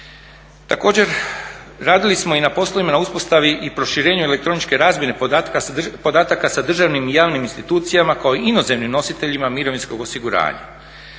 Također, radili smo i na poslovima na uspostavi i proširenju elektroničke razmjene podataka sa državnim i javnim institucijama kao inozemnim nositeljima mirovinskog osiguranja.